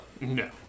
No